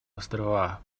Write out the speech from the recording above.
острова